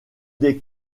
des